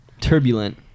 turbulent